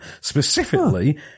Specifically